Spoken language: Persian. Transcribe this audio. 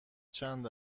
چند